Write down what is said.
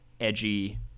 edgy